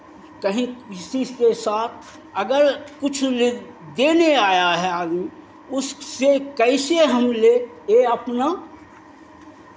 कहीं किसी के साथ अगर कुछ देने आया है आदमी उससे कैसे हम लें ये अपना